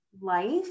life